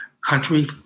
country